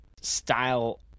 style